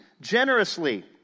generously